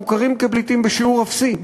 מוכרים כפליטים בשיעור אפסי.